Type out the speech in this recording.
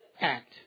act